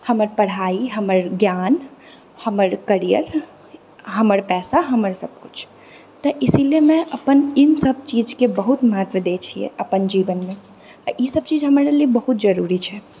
हमर पढ़ाइ हमर ज्ञान हमर करिअर हमर पैसा हमर सब किछु तऽ इसिलिए मै अपन ई सभ चीजकेँ बहुत महत्व दए छिऐ अपन जीवनमे आ ई सभ चीज हमरा लिअऽ बहुत जरुरी छै